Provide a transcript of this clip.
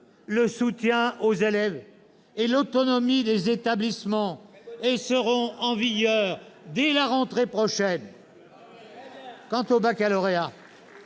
le soutien aux élèves et l'autonomie des établissements, et seront en vigueur dès la rentrée prochaine. » Très bien !« Quant au baccalauréat,